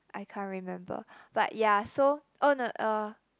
I can't remember but yeah so oh no uh